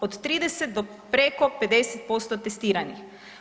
Od 30 do preko 50% testiranih.